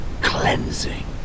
cleansing